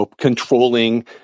controlling –